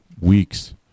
weeks